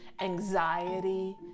anxiety